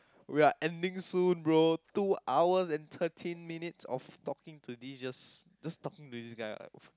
we are ending soon bro two hours and thirteen minutes of talking to this just just talking to this guy ah